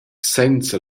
senza